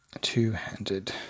Two-handed